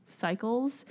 cycles